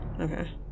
Okay